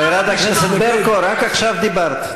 חברת הכנסת ברקו, רק עכשיו דיברת.